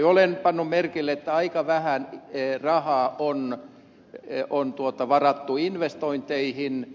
olen pannut merkille että aika vähän rahaa on varattu investointeihin